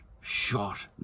shot